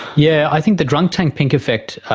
yeah i think the drunk tank pink effect,